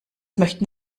möchten